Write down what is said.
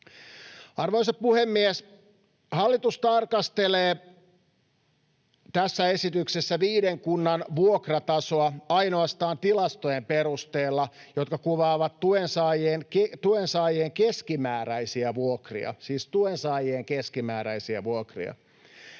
Arvoisa puhemies! Hallitus tarkastelee tässä esityksessä viiden kunnan vuokratasoa ainoastaan tilastojen perusteella, jotka kuvaavat tuensaajien keskimääräisiä vuokria — siis tuensaajien keskimääräisiä vuokria.